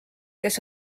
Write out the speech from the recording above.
kes